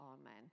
Amen